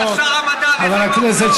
אתה שר המדע, לך עם העובדות.